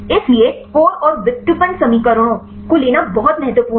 इसलिए कोर और व्युत्पन्न समीकरणों को लेना बहुत महत्वपूर्ण है